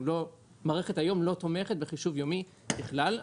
המערכת היום לא תומכת בחישוב יומי בכלל.